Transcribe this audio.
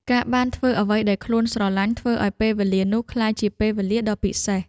ការបានធ្វើអ្វីដែលខ្លួនស្រឡាញ់ ធ្វើឱ្យពេលវេលានោះក្លាយជាពេលវេលាដ៏ពិសេស។